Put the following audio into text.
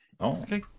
Okay